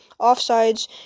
Offsides